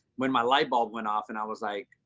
when my light bulb went off and i was like,